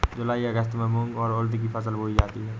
जूलाई अगस्त में मूंग और उर्द की फसल बोई जाती है